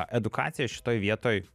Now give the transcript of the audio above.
edukacija šitoj vietoj